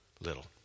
little